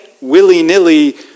willy-nilly